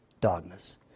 dogmas